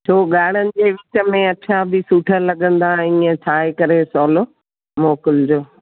छो ॻाढ़नि जे विच में अच्छा बि सुठा लॻंदा इअं ठाहे करे सवलो मोकिलिजो